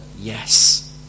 yes